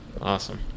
Awesome